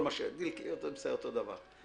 בסדר, אותו דבר.